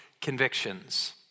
convictions